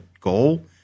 goal